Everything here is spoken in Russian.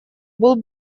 был